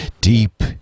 deep